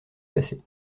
glacé